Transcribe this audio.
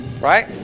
Right